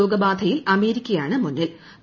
രോഗബാധയിൽ അമേരിക്കയാണ് മൂന്നീൽ